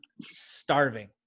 starving